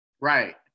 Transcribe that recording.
Right